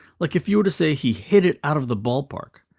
like if you were to say, he hit it out of the ballpark,